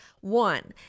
one